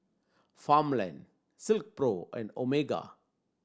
Farmland Silkpro and Omega